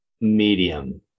medium